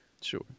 Sure